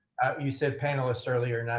you said panelists earlier.